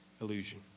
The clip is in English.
illusion